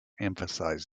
emphasize